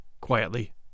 quietly